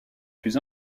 plus